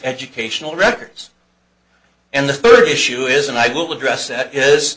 educational records and the third issue is and i will address that is